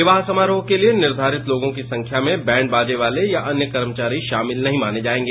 विवाह समारोह के लिये निर्घारित लोगों की संख्या में बैंडबाजे वाले या अन्य कर्मचारी शामिल नहीं मार्न जायेंगे